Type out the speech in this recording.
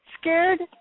scared